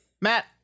Matt